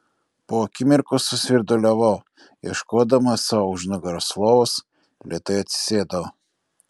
po akimirkos susvirduliavau ieškodama sau už nugaros lovos lėtai atsisėdau